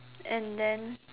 and then